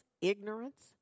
ignorance